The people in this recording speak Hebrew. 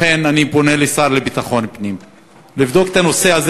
לכן אני פונה לשר לביטחון פנים לבדוק את הנושא הזה,